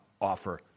offer